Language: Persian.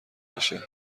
باشه